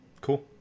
Cool